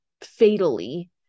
fatally